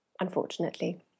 unfortunately